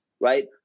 right